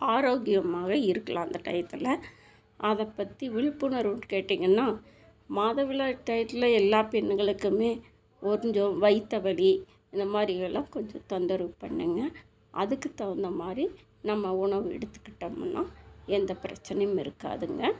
ஆரோக்கியமாக இருக்கலாம் அந்த டையத்தில் அதை பற்றி விழிப்புணர்வு கேட்டீங்கன்னா மாதவிடாய் டையத்தில் எல்லாம் பெண்களுக்கும் கொஞ்சம் வயிற்று வலி இந்த மாதிரிகளெல்லாம் கொஞ்சம் தொந்தரவு பண்ணுங்க அதுக்குத் தகுந்த மாதிரி நம்ம உணவு எடுத்துக்கிட்டோம்னா எந்தப் பிரச்சனையும் இருக்காதுங்க